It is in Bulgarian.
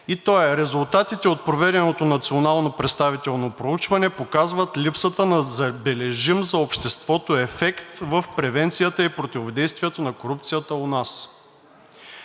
и той е: „Резултатите от проведеното национално представително проучване показват липсата на забележим за обществото ефект в превенцията и противодействието на корупцията у нас.“